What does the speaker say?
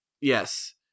Yes